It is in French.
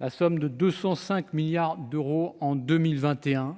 à 205 milliards d'euros en 2021,